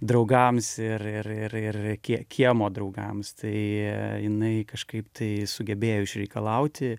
draugams ir ir ir ir kie kiemo draugams tai jinai kažkaip tai sugebėjo išreikalauti